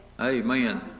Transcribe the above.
Amen